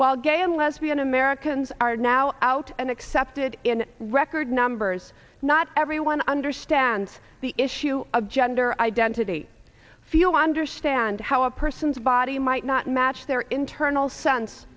while gay and lesbian americans are now out and accepted in record numbers not everyone understands the issue of gender identity feel i understand how a person's body might not match their internal sense